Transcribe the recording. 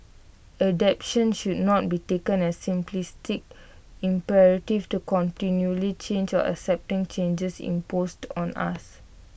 adaptation should not be taken as the simplistic imperative to continually change or accepting changes imposed on us